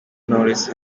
knowless